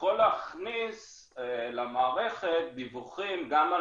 יכול להכניס למערכת דיווחים גם על